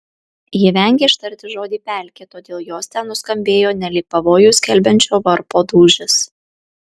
ji vengė ištarti žodį pelkė todėl jos ten nuskambėjo nelyg pavojų skelbiančio varpo dūžis